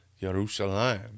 Jerusalem